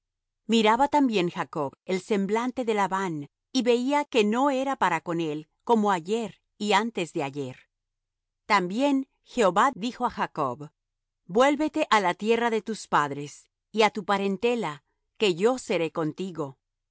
miraba también jacob el semblante de labán y veía que no era para con él como ayer y antes de ayer también jehová dijo á jacob vuélvete á la tierra de tus padres y á tu parentela que yo seré contigo